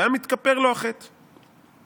והיה מתכפר לו החטא.